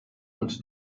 und